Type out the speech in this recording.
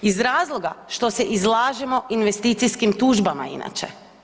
Iz razloga što se izlažemo investicijskim tužbama inače.